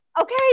okay